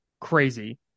crazy